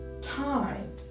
Time